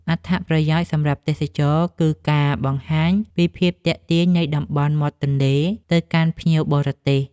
អត្ថប្រយោជន៍សម្រាប់ទេសចរណ៍គឺការបង្ហាញពីភាពទាក់ទាញនៃតំបន់មាត់ទន្លេទៅកាន់ភ្ញៀវបរទេស។